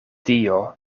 dio